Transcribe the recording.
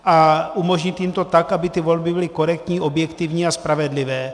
A umožnit jim to tak, aby ty volby byly korektní, objektivní a spravedlivé.